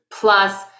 plus